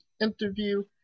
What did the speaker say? interview